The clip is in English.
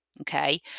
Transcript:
Okay